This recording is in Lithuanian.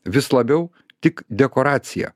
vis labiau tik dekoracija